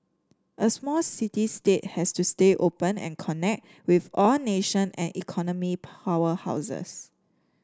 a small city state has to stay open and connect with all nation and economic powerhouses